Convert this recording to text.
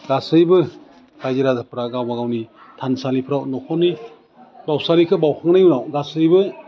गासैबो रायजो राजाफ्रा गावबा गावनि थानसालिफ्राव नख'रनि बाउसालिखौ बाउखांनायनि उनाव गासैबो